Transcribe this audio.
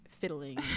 fiddling